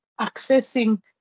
accessing